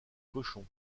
cochons